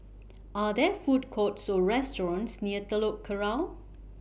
Are There Food Courts Or restaurants near Telok Kurau